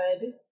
good